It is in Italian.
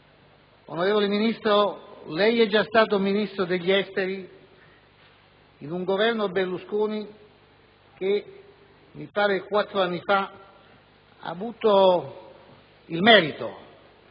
onorevole Ministro, lei è già stato ministro degli affari esteri in un Governo Berlusconi e, mi pare quattro anni fa, ha avuto il merito